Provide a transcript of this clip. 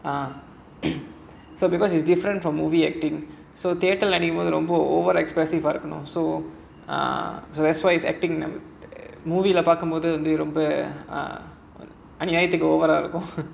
ah so because it's different from movie acting so theatre நடிக்கும்போது:nadikkumpothu over expressive you know so ah so movie leh பார்க்கும் போது அப்டி ரொம்ப அநியாயத்துக்கு:paarkkumpothu apdi romba aniyaayathukku over ah இருக்கும்:irukkum